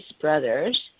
brothers